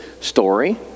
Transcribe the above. story